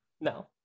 No